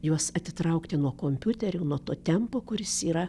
juos atitraukti nuo kompiuterių nuo to tempo kuris yra